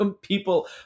People